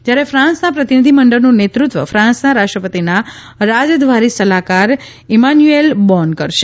જ્યારે ફ્રાંસના પ્રતિનિધિ મંડળનું નેતૃત્વ ફ્રાંસના રાષ્ટ્રપતિના રાજદ્વારી સલાહકાર ઇમાન્યૂએલ બોન કરશે